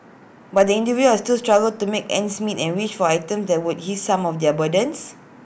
but individuals still struggle to make ends meet and wish for items that would ease some of their burdens